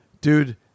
dude